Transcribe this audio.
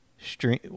stream